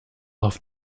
auf